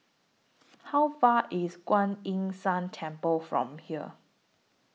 How Far IS Kuan Yin San Temple from here